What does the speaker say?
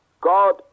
God